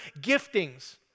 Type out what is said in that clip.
giftings